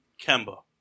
Kemba